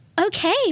Okay